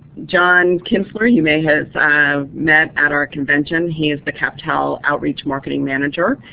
john kinstler you may have met at our convention. he is the captel outreach marketing manager,